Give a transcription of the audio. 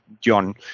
John